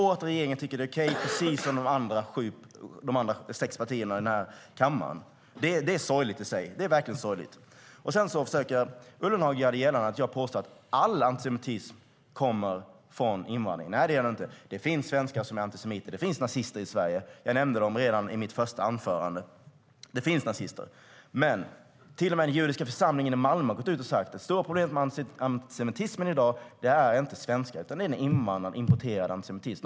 Regeringen tycker att det är okej, precis som de andra sju partierna i kammaren. Det är verkligen sorgligt. Sedan försöker Ullenhag göra gällande att jag påstår att all antisemitism kommer från invandring. Nej, det gör den inte. Det finns svenskar som är antisemiter. Det finns nazister i Sverige. Jag nämnde dem redan i mitt första anförande. Det finns nazister, men till och med den judiska församlingen i Malmö har gått ut och sagt att svenskar inte är det stora problemet i antisemitismen i dag. Det är en invandrad, importerad antisemitism.